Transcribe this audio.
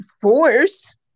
force